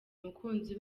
umukunzi